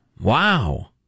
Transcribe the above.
Wow